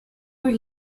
were